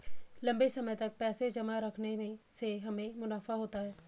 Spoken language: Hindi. लंबे समय तक पैसे जमा रखने से हमें मुनाफा होता है